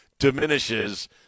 diminishes